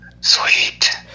sweet